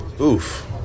Oof